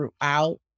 throughout